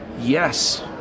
yes